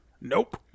Nope